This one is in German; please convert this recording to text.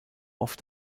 oft